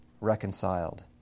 reconciled